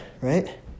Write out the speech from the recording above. Right